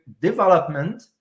development